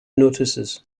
notices